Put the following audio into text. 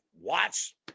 watch